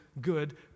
good